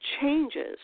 changes